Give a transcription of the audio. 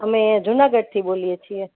અમે જૂનાગઢથી બોલીએ છીએ